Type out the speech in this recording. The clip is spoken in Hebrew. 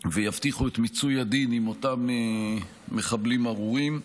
ויבטיחו את מיצוי הדין עם אותם מחבלים ארורים.